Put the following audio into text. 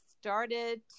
started